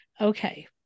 okay